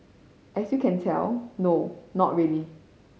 as you can tell no not really